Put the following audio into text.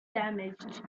damaged